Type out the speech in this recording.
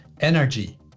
energy